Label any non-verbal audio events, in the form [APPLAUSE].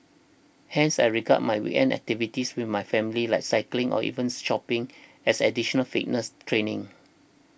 hence I regard my weekend activities with my family like cycling or even [UNINTELLIGIBLE] shopping as additional fitness training